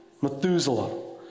Methuselah